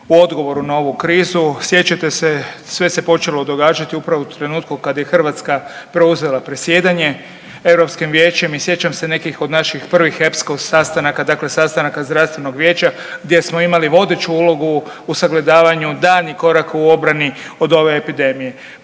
u odgovoru na ovu krizu. Sjećate se sve se počelo događati upravo u trenutku kad je Hrvatska preuzela predsjedanje Europskim vijećem i sjećam se nekih od naših EPSCO sastanaka dakle sastanaka zdravstvenog vijeća gdje smo imali vodeću ulogu u sagledavanju daljnjih koraka u obrani od ove epidemije.